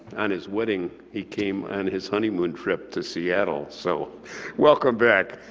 on his wedding, he came on his honeymoon trip to seattle. so welcome back.